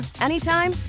anytime